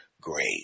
Great